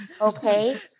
Okay